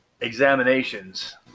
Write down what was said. examinations